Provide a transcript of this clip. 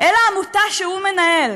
אל העמותה שהוא מנהל.